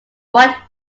white